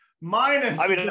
minus